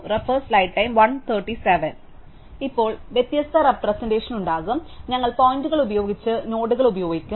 ഞങ്ങൾക്ക് ഇപ്പോൾ വ്യത്യസ്ത റെപ്രസെന്റഷന് ഉണ്ടാകും ഞങ്ങൾ പോയിന്ററുകൾ ഉപയോഗിച്ച് നോഡുകൾ ഉപയോഗിക്കും